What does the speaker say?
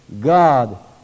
God